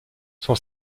son